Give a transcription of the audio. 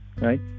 right